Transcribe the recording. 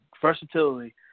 versatility